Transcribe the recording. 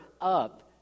up